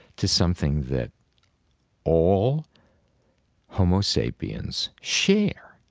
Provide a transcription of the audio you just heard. to something that all homo sapiens share.